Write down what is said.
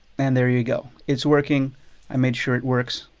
and there you go, it's working i made sure it works.